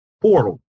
portal